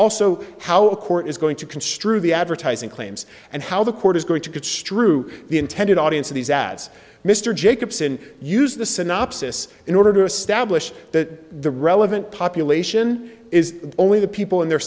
court is going to construe the advertising claims and how the court is going to construe the intended audience of these ads mr jacobson used the synopsis in order to establish that the relevant population is only the people in their